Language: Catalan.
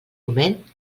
moment